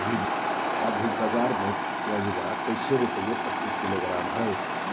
अभी बाजार प्याज कैसे रुपए प्रति किलोग्राम है?